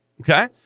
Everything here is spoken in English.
Okay